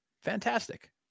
fantastic